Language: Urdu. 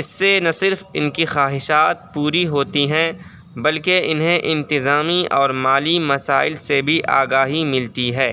اس سے نہ صرف ان کی خواہشات پوری ہوتی ہیں بلکہ انہیں انتظامی اور مالی مسائل سے بھی آگاہی ملتی ہے